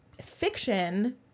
fiction